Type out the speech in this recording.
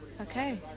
Okay